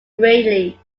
greatly